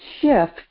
shift